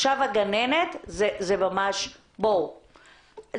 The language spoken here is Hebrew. בואו,